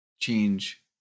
change